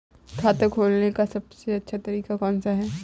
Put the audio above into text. खाता खोलने का सबसे अच्छा तरीका कौन सा है?